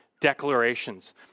declarations